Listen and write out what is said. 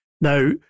Now